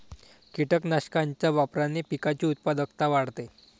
कीटकनाशकांच्या वापराने पिकाची उत्पादकता वाढते